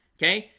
okay,